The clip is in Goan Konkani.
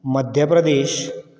मध्यप्रदेश